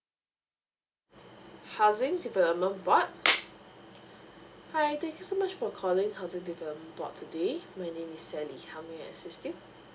housing development board hi thank you so much for calling housing development board today my name is sally how may I assist you